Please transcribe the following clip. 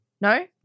No